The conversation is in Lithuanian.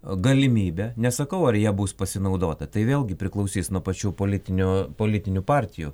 galimybę nesakau ar ja bus pasinaudota tai vėlgi priklausys nuo pačių politinių politinių partijų